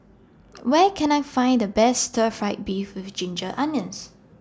Where Can I Find The Best Stir Fried Beef with Ginger Onions